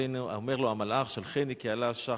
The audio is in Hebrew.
אומר לו המלאך: "שלחני כי עלה השחר".